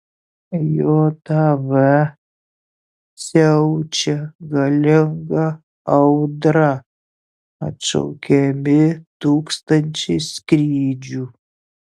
jav siaučia galinga audra atšaukiami tūkstančiai skrydžių